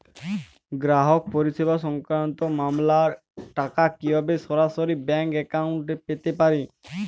গ্রাহক পরিষেবা সংক্রান্ত মামলার টাকা কীভাবে সরাসরি ব্যাংক অ্যাকাউন্টে পেতে পারি?